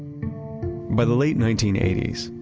by the late nineteen eighty s,